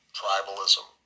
tribalism